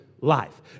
life